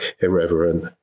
irreverent